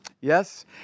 Yes